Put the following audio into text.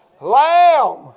Lamb